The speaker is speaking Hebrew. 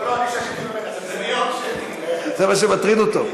לא לא, אני שתיתי ממנה, זה מה שמטריד אותו.